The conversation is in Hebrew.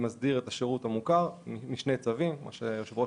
סעיף זה מסדיר את השירות המוכר באמצעות שני צווים שתיאר ראש